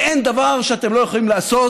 ואין דבר שאתם לא יכולים לעשות,